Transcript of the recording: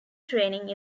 training